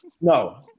No